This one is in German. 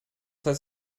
heißt